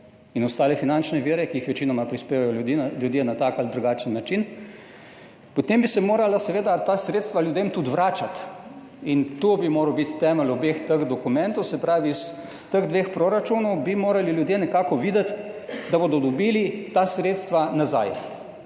in ostale finančne vire, ki jih večinoma prispevajo ljudje na tak ali drugačen način – potem bi se morala seveda ta sredstva ljudem tudi vračati. In to bi moral biti temelj obeh teh dokumentov. Se pravi, iz teh dveh proračunov bi morali ljudje nekako videti, da bodo dobili ta sredstva nazaj,